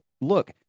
look